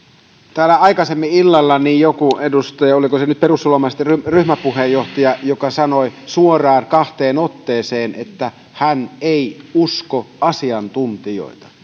täällä aikaisemmin illalla joku edustaja oliko se nyt perussuomalaisten ryhmäpuheenjohtaja sanoi suoraan kahteen otteeseen että hän ei usko asiantuntijoita